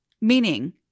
meaning